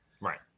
right